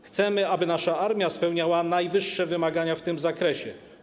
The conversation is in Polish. Chcemy, aby nasza armia spełniała najwyższe wymagania w tym zakresie.